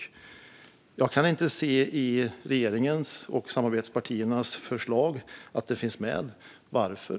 Jag kan i regeringens och Sverigedemokraternas förslag inte se att det finns med. Varför?